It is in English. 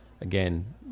again